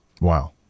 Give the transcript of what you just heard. wow